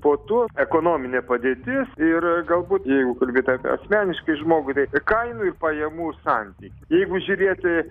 po to ekonominė padėtis ir galbūt jeigu kalbėt apie asmeniškai žmogui tai kainų ir pajamų santykį jeigu žiūrėti